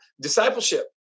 discipleship